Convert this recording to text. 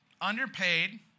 underpaid